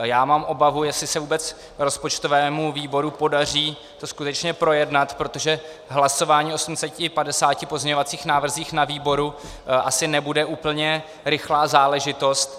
Já mám obavu, jestli se vůbec rozpočtovému výboru podaří to skutečně projednat, protože hlasování o 850 pozměňovacích návrzích na výboru asi nebude úplně rychlá záležitost.